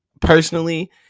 personally